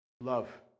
Love